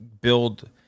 build